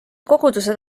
kogudused